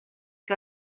que